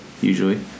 usually